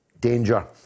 danger